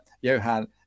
Johan